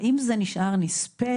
האם זה נשאר נספה?